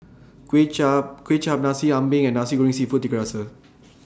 Kway Chap Nasi Ambeng and Nasi Goreng Seafood Tiga Rasa